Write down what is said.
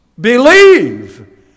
Believe